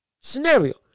scenario